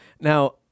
Now